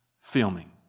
filming